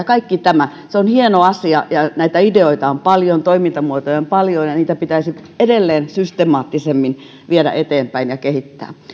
kaikki tämä se on hieno asia ja näitä ideoita on paljon toimintamuotoja on paljon ja ja niitä pitäisi edelleen systemaattisemmin viedä eteenpäin ja kehittää